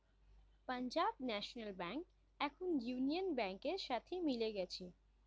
Punjab national bank এখন union ব্যাংকের সাথে মিলে গেছে